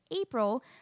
April